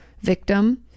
victim